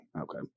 Okay